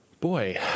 boy